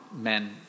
men